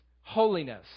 holiness